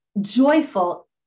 joyful